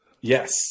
Yes